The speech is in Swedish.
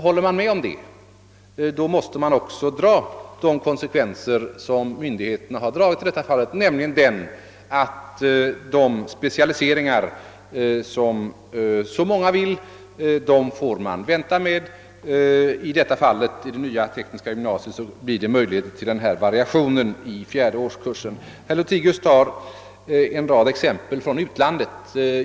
Håller man med härom måste man dra de konsekvenser som myndigheterna har dragit i detta fall, nämligen att de specialiseringar, som så många vill ha, får vänta. I det nya tekniska gymnasiet blir det möjligt med en variation i den fjärde årskursen. Herr Lothigius gör en rad jämförelser med utlandet.